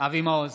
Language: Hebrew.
אבי מעוז,